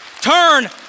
turn